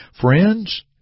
Friends